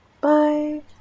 bye